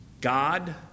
God